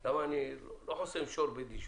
כי לא חוסמים שור בדישו.